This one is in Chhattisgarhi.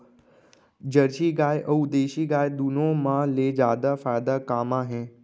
जरसी गाय अऊ देसी गाय दूनो मा ले जादा फायदा का मा हे?